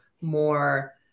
more